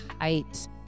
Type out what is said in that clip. height